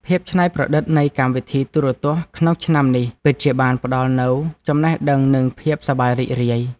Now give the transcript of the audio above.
ភាពច្នៃប្រឌិតនៃកម្មវិធីទូរទស្សន៍ក្នុងឆ្នាំនេះពិតជាបានផ្តល់នូវចំណេះដឹងនិងភាពសប្បាយរីករាយ។